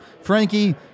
Frankie